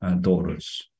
daughters